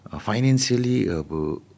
financially